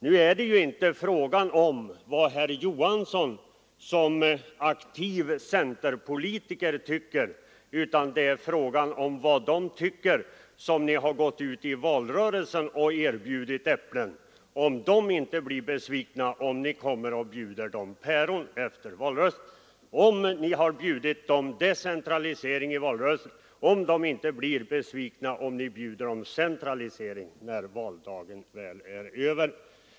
Nu är det emellertid inte fråga om vad herr Johansson som aktiv centerpolitiker tycker, utan frågan är vad de människor tycker som ni i valrörelsen har erbjudit äpplen, om inte de blir besvikna när ni sedan efter valrörelsen erbjuder dem päron. Blir de inte besvikna, om ni i valrörelsen har erbjudit dem decentralisering men bjuder dem centralisering när valdagen väl är över?